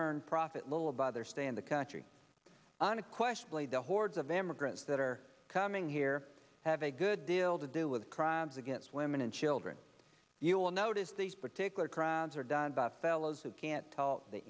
earned profit little about their stay in the country on a question laid the hordes of immigrants that are coming here have a good deal to do with crimes against women and children you'll notice these particular crabs are done by fellows who can't tell the